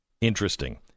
interesting